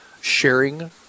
sharing